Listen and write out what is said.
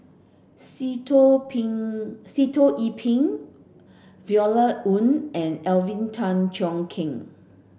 Sitoh Pin Sitoh Yih Pin Violet Oon and Alvin Tan Cheong Kheng